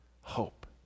hope